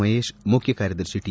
ಮಹೇಶ್ ಮುಖ್ಯಕಾರ್ಯದರ್ಶಿ ಟಿ